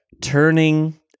turning